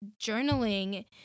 journaling